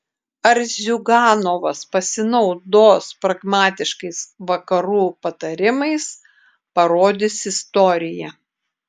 ar ziuganovas pasinaudos pragmatiškais vakarų patarimais parodys istorija